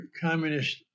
communist